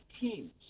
teams